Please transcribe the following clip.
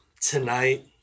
Tonight